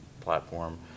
platform